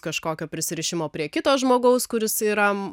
kažkokio prisirišimo prie kito žmogaus kuris yra